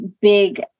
big